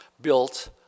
built